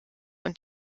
und